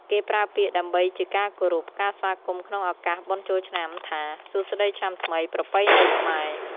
គេប្រើពាក្យដើម្បីជាការគោរពការស្វាគមន៏ក្នុងឱកាសបុណ្យចូលឆ្នាំថា សួស្ដីឆ្នាំថ្មីប្រពៃណីខ្មែរ